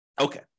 Okay